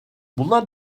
bunlar